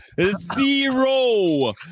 Zero